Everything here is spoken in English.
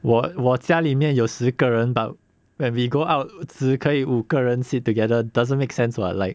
我我家里面有十个人 but when we go out 只可以五个人 sit together doesn't make sense [what] like